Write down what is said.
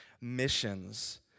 missions